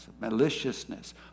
maliciousness